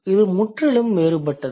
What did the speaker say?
இது முற்றிலும் வேறுபட்டது